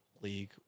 League